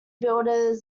builder